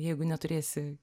jeigu neturėsi